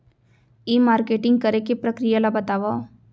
ई marketing करे के प्रक्रिया ला बतावव?